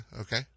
Okay